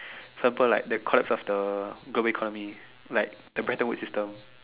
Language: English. for example like the collapse of the global economy like the better wood system